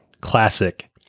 classic